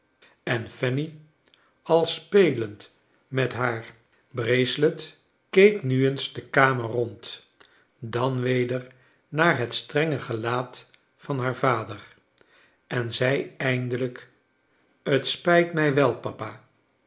en fanny al spelend met haar bracelet keek nu eens de kamer rond dan weder naar het strenge gelaat van haar vader en zei eindelijk het spijt mij wel papa